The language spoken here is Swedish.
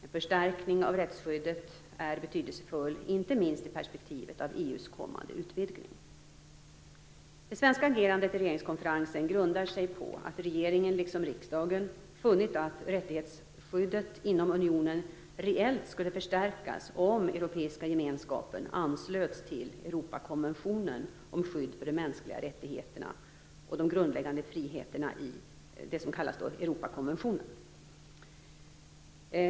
En förstärkning av rättsskyddet är betydelsefull inte minst i perspektivet av EU:s kommande utvidgning. Det svenska agerandet i regeringskonferensen grundar sig på att regeringen, liksom riksdagen, funnit att rättighetsskyddet inom unionen reellt skulle förstärkas om Europeiska gemenskapen anslöts till Europakonventionen om skydd för de mänskliga rättigheterna och de grundläggande friheterna, alltså till det som kallas för Europakonventionen.